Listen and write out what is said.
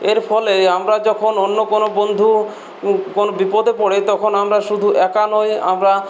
এর ফলে আমরা যখন অন্য কোনও বন্ধু কোনও বিপদে পড়ে তখন আমরা শুধু একা নই আমরা